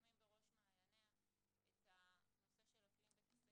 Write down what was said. כשמים בראש מעייניה את הנושא של אקלים בית הספר,